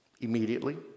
Immediately